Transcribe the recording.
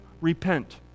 repent